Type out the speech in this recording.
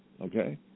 okay